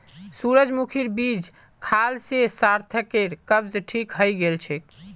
सूरजमुखीर बीज खाल से सार्थकेर कब्ज ठीक हइ गेल छेक